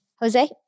Jose